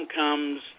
comes